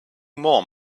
more